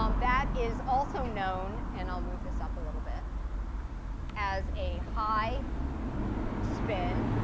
um that is also known and i'll move this up a little bit as a high spin.